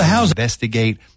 Investigate